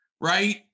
right